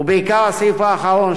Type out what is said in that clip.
בעיקר הסעיף האחרון,